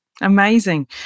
Amazing